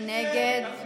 מי נגד?